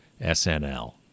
snl